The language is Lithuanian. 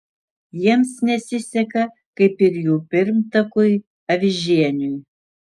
jiems nesiseka kaip ir jų pirmtakui avižieniui